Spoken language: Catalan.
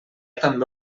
també